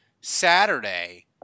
Saturday